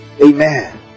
Amen